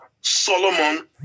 Solomon